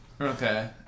Okay